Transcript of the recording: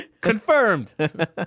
confirmed